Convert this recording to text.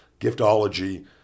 giftology